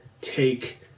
take